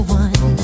one